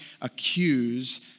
accuse